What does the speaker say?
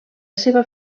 seva